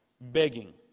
begging